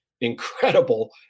incredible